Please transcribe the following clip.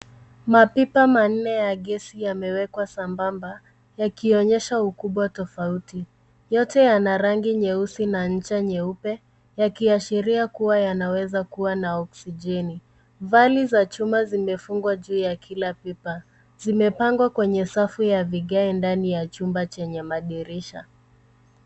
Mapipa manne ya gesi yamewekwa sambamba yakionyesha ukubwa tofauti, yote yana rangi nyeusi na ncha nyeupe yakiashiria kuwa yanaweza kuwa na okisijeni. Vali za chuma zimefungwa juu ya kila pipa, zimepangwa kwenye safu ya vigae ndani ya chumba chenye madirisha.